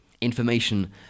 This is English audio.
information